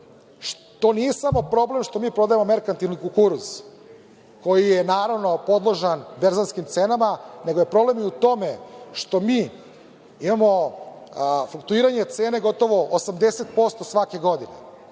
To nije samo problem što mi prodajemo merkantilni kukuruz, koji je, naravno, podložan berzanskim cenama, nego je problem i u tome što mi imamo fluktuiranje cene gotovo 80% svake godine. Da